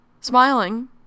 smiling